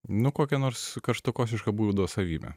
nu kokia nors karštakošiška būdo savybė